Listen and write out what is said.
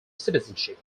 citizenship